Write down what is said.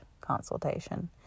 consultation